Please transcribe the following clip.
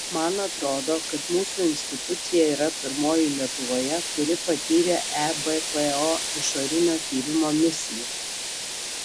man atrodo kad mūsų institucija yra pirmoji lietuvoje kuri patyrė ebpo išorinio tyrimo misiją